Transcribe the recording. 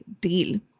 deal